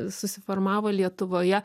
susiformavo lietuvoje